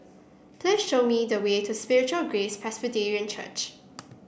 please show me the way to Spiritual Grace Presbyterian Church